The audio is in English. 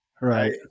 Right